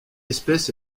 espèce